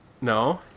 No